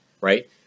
right